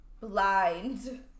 blind